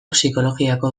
psikologiako